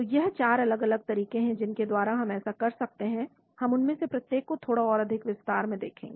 तो यह 4 अलग अलग तरीके हैं जिनके द्वारा हम ऐसा कर सकते हैं हम उनमें से प्रत्येक को थोड़ा और अधिक विस्तार से देखेंगे